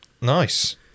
Nice